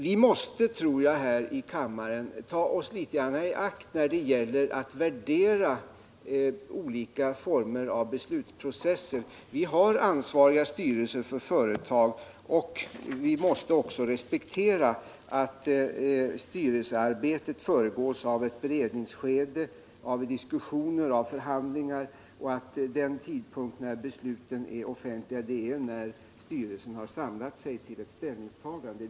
Jag tror att vi här i kammaren måste ta oss litet grand i akt när det gäller att värdera olika former av beslutsprocesser. Vi har ansvariga styrelser för företagen, och vi måste respektera att styrelsearbetet föregås av ett beredningsskede med diskussioner och förhandlingar. Besluten blir offentliga när styrelsen samlat sig till ett ställningstagande.